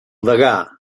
degà